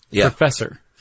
professor